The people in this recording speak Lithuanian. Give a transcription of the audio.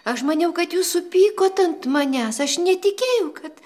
aš maniau kad jūs supykot ant manęs aš netikėjau kad